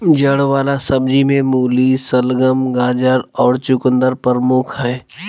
जड़ वला सब्जि में मूली, शलगम, गाजर और चकुंदर प्रमुख हइ